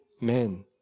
men